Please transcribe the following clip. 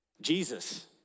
Jesus